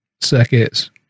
circuits